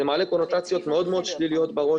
זה מעלה קונוטציות בראש.